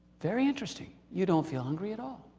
very interesting, you don't feel hungry at all.